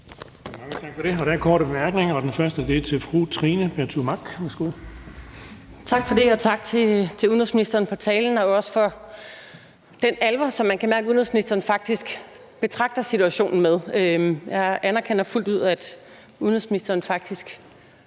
Tak for det, og tak til udenrigsministeren for talen og også for den alvor, som man kan mærke at udenrigsministeren faktisk betragter situationen med. Jeg anerkender fuldt ud, at udenrigsministeren faktisk